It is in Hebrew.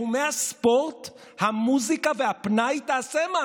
לפחות הייתם ישרים ובאים ואומרים: אנחנו נעביר את זה בהוראת שעה רק